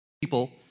people